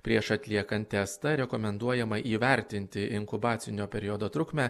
prieš atliekant testą rekomenduojama įvertinti inkubacinio periodo trukmę